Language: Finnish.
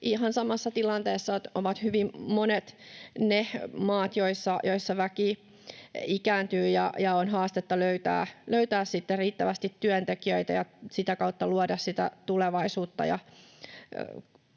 samassa tilanteessa ovat hyvin monet ne maat, joissa väki ikääntyy ja on haastetta löytää riittävästi työntekijöitä ja sitä kautta luoda sitä tulevaisuutta